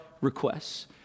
requests